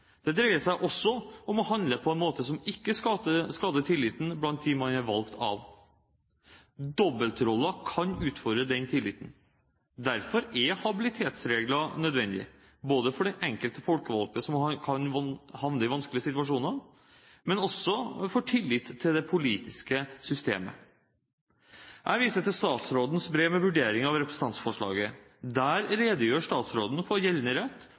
Det dreier seg også om å handle på en måte som ikke skader tilliten blant dem man er valgt av. Dobbeltroller kan utfordre den tilliten. Derfor er habilitetsregler nødvendig både for den enkelte folkevalgte som kan havne i vanskelige situasjoner, og for tillit til det politiske systemet. Jeg viser til statsrådens brev med vurdering av representantforslaget. Der redegjør statsråden for gjeldende rett